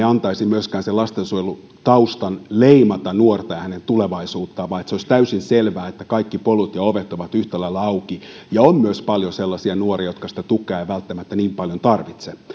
antaisi lastensuojelutaustan leimata nuorta ja hänen tulevaisuuttaan vaan että se olisi täysin selvää että kaikki polut ja ovet ovat yhtä lailla auki ja on myös paljon sellaisia nuoria jotka sitä tukea eivät välttämättä niin paljon tarvitse